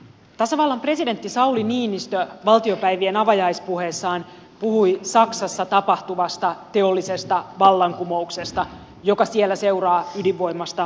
tasavallan presidentti sauli niinistö valtiopäivien avajaispuheessaan puhui saksassa tapahtuvasta teollisesta vallankumouksesta joka siellä seuraa ydinvoimasta luopumisesta